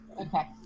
Okay